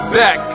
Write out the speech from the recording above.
back